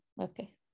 Okay